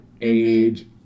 age